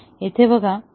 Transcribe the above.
पण इथे बघा